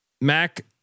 Mac